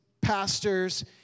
pastors